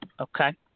okay